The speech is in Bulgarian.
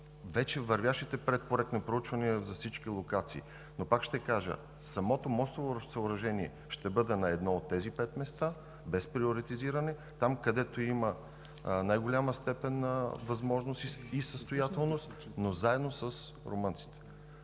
вече вървящите предпроектни проучвания за всички локации. Пак ще кажа: самото мостово съоръжение ще бъде на едно от тези пет места, без приоритизиране – там, където има най-голяма степен на възможност и състоятелност, но заедно с румънците.